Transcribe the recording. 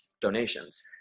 donations